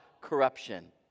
corruption